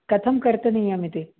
कथं कर्तनीयमिति